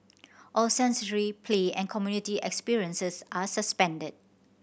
all sensory play and community experiences are suspended